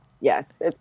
yes